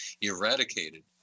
eradicated